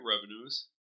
revenues